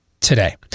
today